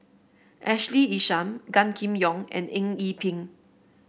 Ashley Isham Gan Kim Yong and Eng Yee Peng